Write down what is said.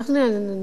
נא לסיים.